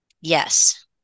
Yes